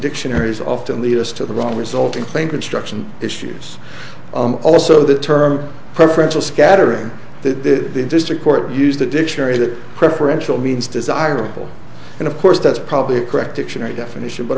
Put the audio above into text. dictionaries often lead us to the wrong resulting plane construction issues also the term preferential scattering the district court use the dictionary that preferential means desirable and of course that's probably a correct action or a definition but